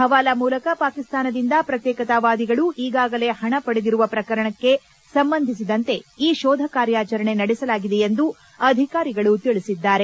ಹವಾಲಾ ಮೂಲಕ ಪಾಕಿಸ್ತಾನದಿಂದ ಪ್ರತ್ಯೇಕತಾವಾದಿಗಳು ಈಗಾಗಲೇ ಹಣ ಪಡೆದಿರುವ ಪ್ರಕರಣಕ್ಕೆ ಸಂಬಂಧಿಸಿದಂತೆ ಈ ಶೋಧ ಕಾರ್ಯಾಚರಣೆ ನಡೆಸಲಾಗಿದೆ ಎಂದು ಅಧಿಕಾರಿಗಳು ತಿಳಿಸಿದ್ದಾರೆ